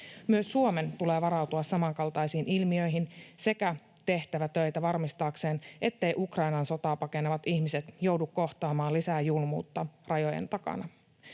Myös Suomen tulee varautua samankaltaisiin ilmiöihin sekä tehtävä töitä varmistaakseen, ettei Ukrainan sotaa pakenevat ihmiset joudu kohtaamaan lisää julmuutta rajojen takana.